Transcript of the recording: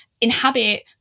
inhabit